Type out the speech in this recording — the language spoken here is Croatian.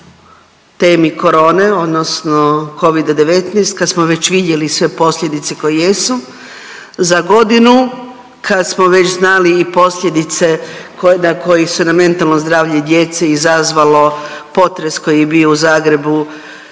temi korone odnosno covida-19, kad smo već vidjeli sve posljedice koje jesu za godinu kad smo već znali i posljedice koje su na mentalno zdravlje djece izazvalo potres koji je bio u Zagrebu